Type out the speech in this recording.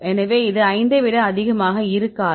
எனவே இது 5 ஐ விட அதிகமாக இருக்காது